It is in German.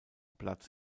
platz